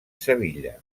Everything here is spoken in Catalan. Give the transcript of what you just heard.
sevilla